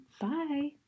Bye